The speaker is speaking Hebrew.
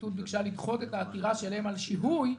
הפרקליטות ביקשה לדחות את העתירה שלהם על שיהוי,